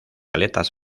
aletas